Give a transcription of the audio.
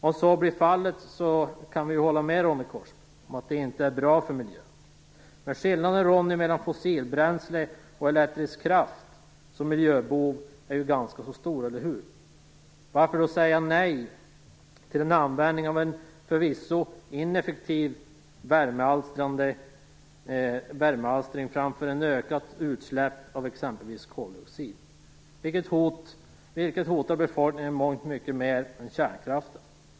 Om så blir fallet kan vi hålla med Ronny Korsberg om att det inte är bra för miljön. Men skillnaden, Ronny Korsberg, mellan fossilbränsle och elektrisk kraft som miljöbov är ju ganska stor, eller hur? Varför då säga nej till användning av en förvisso ineffektiv värmealstring till förmån för ökade utsläpp av t.ex. koldioxid, vilket hotar befolkningen enormt mycket mer än kärnkraften?